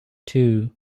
two